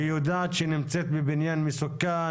שיודעת שהיא נמצאת בבניין מסוכן,